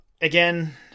again